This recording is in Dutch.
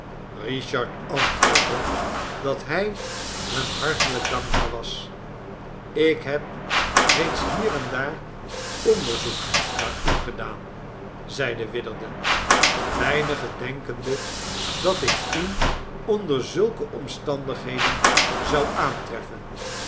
richard antwoordde dat hij hun hartelijk dankbaar was ik heb reeds hier en daar onderzoek naar u gedaan zeide witherden weinig denkende dat ik u onder zulke omstandigheden zou aantreffen